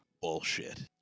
bullshit